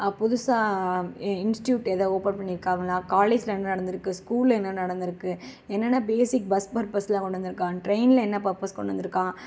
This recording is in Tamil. புதுசாக எ இன்ஸ்ட்டியூட் ஏதோ ஓப்பன் பண்ணியிருக்காங்களா காலேஜ்ல என்ன நடந்திருக்கு ஸ்கூல்ல என்ன நடந்திருக்கு என்னென்ன ஃபேஷிக் பஸ் ஃபர்பஸ்லாம் கொண்டுவந்திருக்கான் ட்ரெயின்ல என்ன பர்பஸ்லாம் கொண்டு வந்திருக்கான்